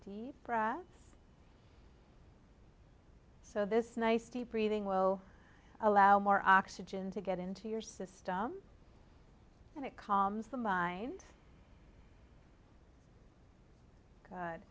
deep breaths so this nice deep breathing low allow more oxygen to get into your system and it comes to mind